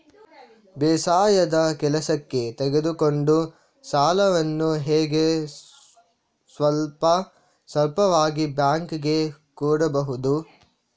ಬೇಸಾಯದ ಕೆಲಸಕ್ಕೆ ತೆಗೆದುಕೊಂಡ ಸಾಲವನ್ನು ಹೇಗೆ ಸ್ವಲ್ಪ ಸ್ವಲ್ಪವಾಗಿ ಬ್ಯಾಂಕ್ ಗೆ ಕೊಡಬಹುದು?